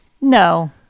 No